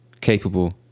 capable